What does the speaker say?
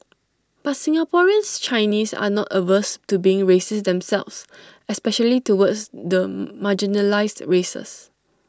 but Singaporeans Chinese are not averse to being racist themselves especially towards the marginalised races